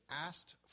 asked